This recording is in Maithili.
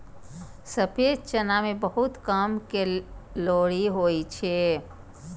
सफेद चना मे बहुत कम कैलोरी होइ छै